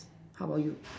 how about you